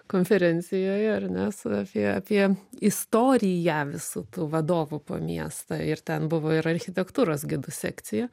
konferencijoje ar nes su apie apie istoriją visų tų vadovų po miestą ir ten buvo ir architektūros gidų sekcija